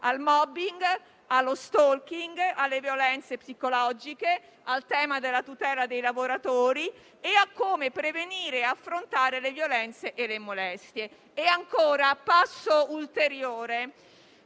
al *mobbing*, allo *stalking*, alle violenze psicologiche, al tema della tutela dei lavoratori e a come prevenire e affrontare le violenze e le molestie. Vi è inoltre un passo ulteriore: